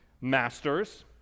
Masters